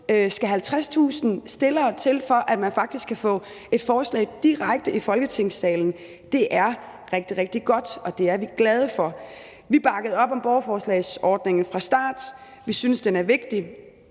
skal 50.000 støtter til, for at man faktisk kan få et forslag direkte i Folketingssalen, er rigtig, rigtig godt, og det er vi glade for. Vi bakkede op om borgerforslagsordningen fra starten. Vi synes, den er vigtig.